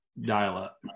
dial-up